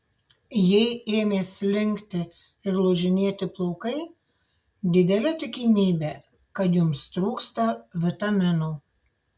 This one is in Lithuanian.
jei ėmė slinkti ir lūžinėti plaukai didelė tikimybė kad jums trūksta vitaminų